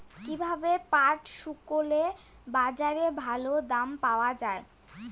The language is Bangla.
কীভাবে পাট শুকোলে বাজারে ভালো দাম পাওয়া য়ায়?